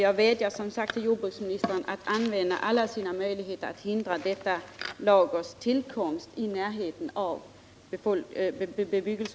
Jag vädjar därför till jordbruksministern att han gör allt för att förhindra detta lagers placering nära bostadsbebyggelse.